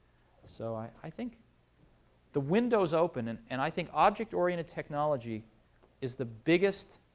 so i i think the windows open. and and i think object-oriented technology is the biggest